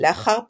לאחר פריסתן.